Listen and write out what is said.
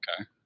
Okay